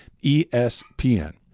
ESPN